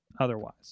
otherwise